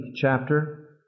chapter